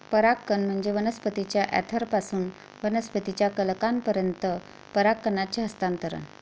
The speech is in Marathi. परागकण म्हणजे वनस्पतीच्या अँथरपासून वनस्पतीच्या कलंकापर्यंत परागकणांचे हस्तांतरण